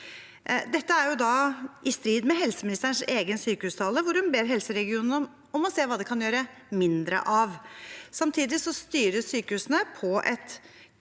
Dette er i strid med helseministerens egen sykehustale, hvor hun ber helseregionene om å se på hva de kan gjøre mindre av. Samtidig styres sykehusene på et